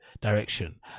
direction